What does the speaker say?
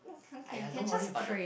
!aiya! don't worry about the